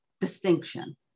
Distinction